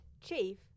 Chief